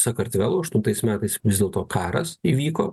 sakartvelo aštuntais metais vis dėlto karas įvyko